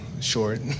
short